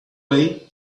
way